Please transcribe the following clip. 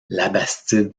labastide